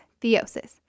Theosis